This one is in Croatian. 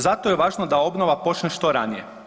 Zato je važno da obnova počne što ranije.